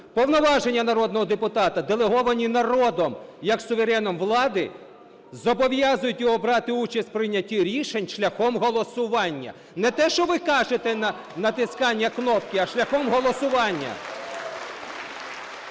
"Повноваження народного депутата, делеговані народом як сувереном влади, зобов'язують його брати участь в прийнятті рішень шляхом голосування". Не те, що ви кажете, натискання кнопки, а шляхом голосування.